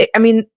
i mean,